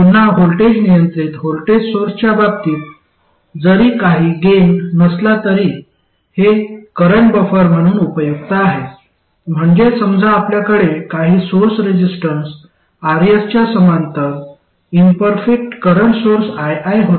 पुन्हा व्होल्टेज नियंत्रित व्होल्टेज सोर्सच्या बाबतीत जरी काही गेन नसला तरी हे करंट बफर म्हणून उपयुक्त आहे म्हणजे समजा आपल्याकडे काही सोर्स रेसिस्टन्स RS च्या समांतर इम्परफेक्ट करंट सोर्स ii होता